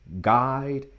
guide